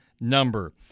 number